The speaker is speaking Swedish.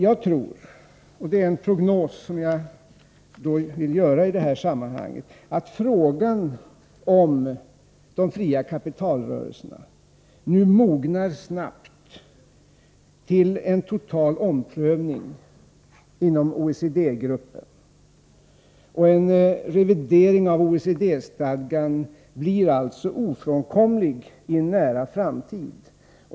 Jag tror — detta är en prognos som jag vill göra i sammanhanget — att frågan om de fria kapitalrörelserna nu mognar snabbt till en total omprövning inom OECD-gruppen. En revidering av OECD-stadgan blir alltså ofrånkomlig i en nära framtid.